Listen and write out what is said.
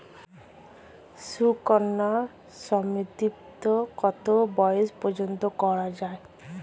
সুকন্যা সমৃদ্ধী কত বয়স পর্যন্ত করা যায়?